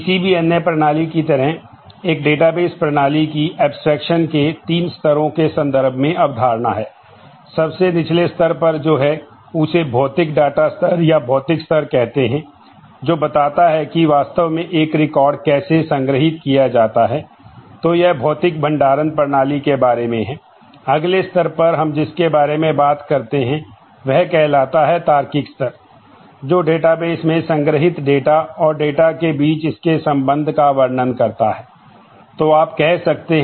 किसी भी अन्य प्रणाली की तरह एक डेटाबेस के रूप में सोच सकते हैं